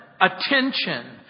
attention